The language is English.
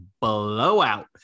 blowout